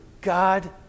God